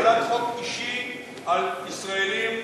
הצעת חוק אישית על ישראלים,